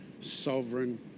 sovereign